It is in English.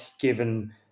given